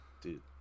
Dude